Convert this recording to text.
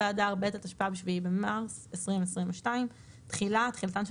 באדר ב' התשפ"ב (7 במרס 2022)". תחילה 1. תחילתן של